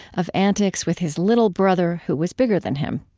of antics with his little brother, who was bigger than him.